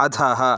अधः